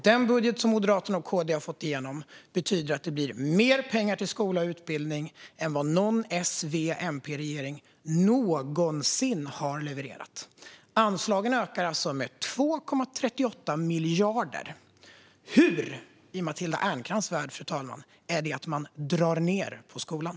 Den budget som Moderaterna och KD har fått igenom betyder att det blir mer pengar till skola och utbildning än vad någon S-V-MP-regering någonsin har levererat. Anslagen ökar alltså med 2,38 miljarder. Hur, fru talman, kan det i Matilda Ernkrans värld innebära att man drar ned på skolan?